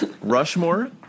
Rushmore